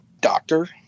doctor